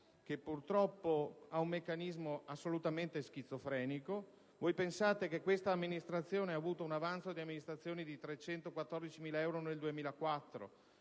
che purtroppo ha un meccanismo assolutamente schizofrenico; pensate che questa amministrazione ha avuto un avanzo di gestione di 314.000 euro nel 2004,